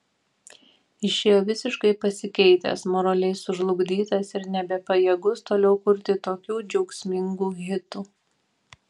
išėjo visiškai pasikeitęs moraliai sužlugdytas ir nebepajėgus toliau kurti tokių džiaugsmingų hitų